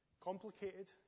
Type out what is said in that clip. complicated